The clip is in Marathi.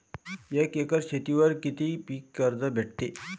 एक एकर शेतीवर किती पीक कर्ज भेटते?